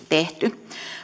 tehty